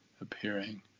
appearing